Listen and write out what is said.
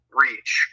reach